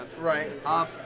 Right